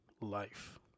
life